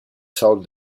sold